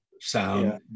sound